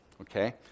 okay